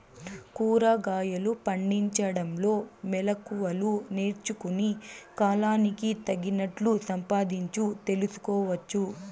కూరగాయలు పండించడంలో మెళకువలు నేర్చుకుని, కాలానికి తగినట్లు సంపాదించు తెలుసుకోవచ్చు